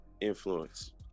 influence